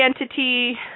entity